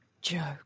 Joe